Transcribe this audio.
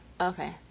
Okay